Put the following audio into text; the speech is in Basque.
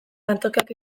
lantokiak